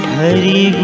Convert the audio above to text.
Hari